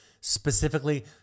specifically